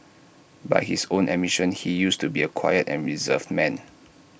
by his own admission he used to be A quiet and reserved man